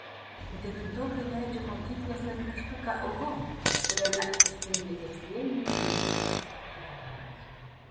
devintokai leidžia mokyklos laikraštuką oho kuriame atsispindi kasdieninis mokyklos gyvenimas